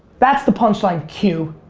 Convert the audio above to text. that's the punchline, q.